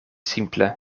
simple